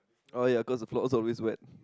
oh ya cause the floor was always wet